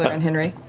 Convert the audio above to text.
and henry.